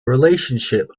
relationship